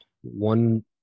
One